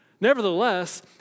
nevertheless